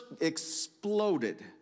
exploded